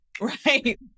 Right